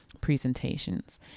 presentations